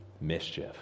mischief